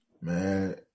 Man